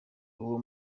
uwo